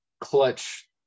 clutch